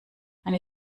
eine